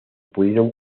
pudieron